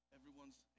Everyone's